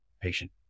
patient